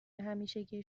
همیشگی